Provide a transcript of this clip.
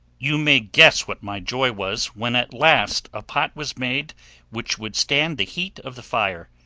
you may guess what my joy was when at last a pot was made which would stand the heat of the fire,